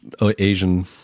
Asian